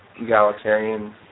egalitarian